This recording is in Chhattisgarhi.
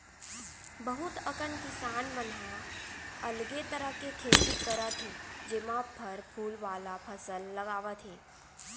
बहुत अकन किसान मन ह अलगे तरह के खेती करत हे जेमा फर फूल वाला फसल लगावत हे